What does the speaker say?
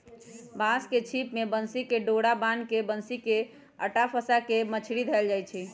बांस के छिप में बन्सी कें डोरा बान्ह् के बन्सि में अटा फसा के मछरि धएले जाइ छै